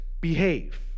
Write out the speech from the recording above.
behave